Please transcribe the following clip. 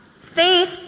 faith